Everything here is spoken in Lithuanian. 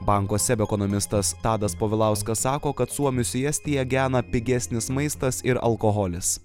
banko seb ekonomistas tadas povilauskas sako kad suomius į estiją gena pigesnis maistas ir alkoholis